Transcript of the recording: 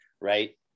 right